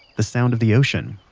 the sound of the ocean,